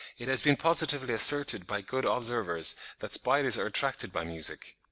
it has been positively asserted by good observers that spiders are attracted by music.